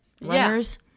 Runners